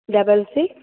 double six